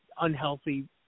unhealthy